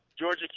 Georgia